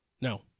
No